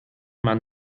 man